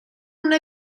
una